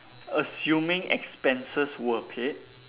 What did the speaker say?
assuming expenses were paid